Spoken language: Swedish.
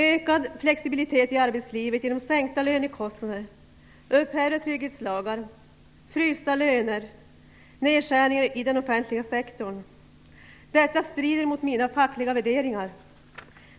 Ökad flexibilitet i arbetslivet genom sänkta lönekostnader, upphävda trygghetslagar, frysta löner, nedskärningar i den offentliga sektorn - detta strider mot mina fackliga värderingar!